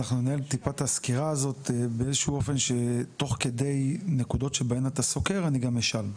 ננהל את הסקירה הזאת באופן כזה שתוך כדי שאתה סוקר אני אשאל.